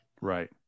Right